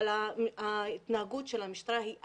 אבל ההתנהגות של המשטרה היא אלימה,